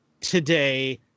today